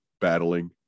battling